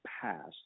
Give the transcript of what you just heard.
past